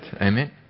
Amen